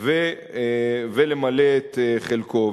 ולמלא את חלקו.